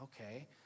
Okay